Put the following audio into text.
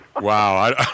Wow